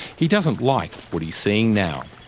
he doesn't like what he's seeing now.